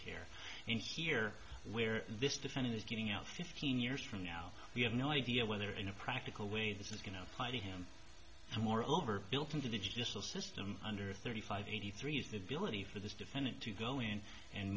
here and here where this defendant is getting out fifteen years from now we have no idea whether in a practical way this is going to apply to him and more over built into digital system under thirty five eighty three is the ability for this defendant to go in and